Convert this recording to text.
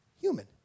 human